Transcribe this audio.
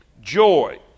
joy